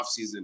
offseason